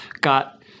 got